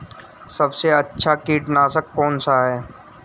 सबसे अच्छा कीटनाशक कौनसा है?